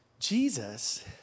Jesus